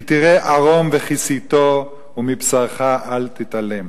כי תראה ערום וכיסיתו ומבשרך לא תתעלם.